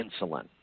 insulin